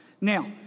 Now